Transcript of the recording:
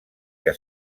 que